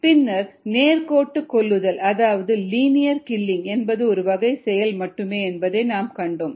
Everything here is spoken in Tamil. பின்னர் நேர்கோட்டு கொல்லுதல் அதாவது லீனியர் கில்லிங் என்பது ஒரு வகையான செயல் மட்டுமே என்பதை நாம் கண்டோம்